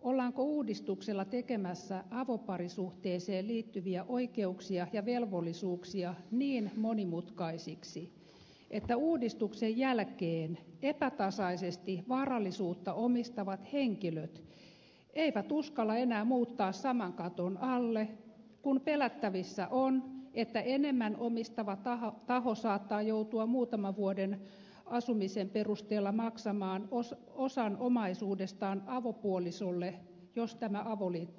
ollaanko uudistuksella tekemässä avoparisuhteeseen liittyviä oikeuksia ja velvollisuuksia niin monimutkaisiksi että uudistuksen jälkeen epätasaisesti varallisuutta omistavat henkilöt eivät uskalla enää muuttaa saman katon alle kun pelättävissä on että enemmän omistava taho saattaa joutua muutaman vuoden asumisen perusteella maksamaan osan omaisuudestaan avopuolisolle jos tämä avoliitto purkautuu